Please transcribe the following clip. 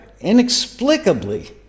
inexplicably